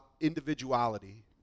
individuality